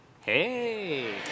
hey